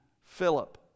Philip